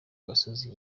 misozi